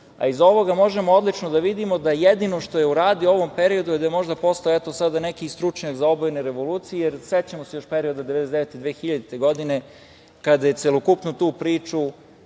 ovoga možemo odlično da vidimo da jedio što je uradio u ovom periodu, da je možda postao, eto, sada neki stručnjak za obojene revolucije, jer sećamo se još perioda 1999. do 2000. godine kada je celokupnu tu priču